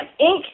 Inc